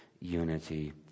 unity